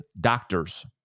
doctors